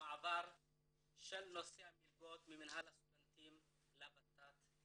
במעבר של נושא המלגות ממינהל הסטודנטים לות"ת,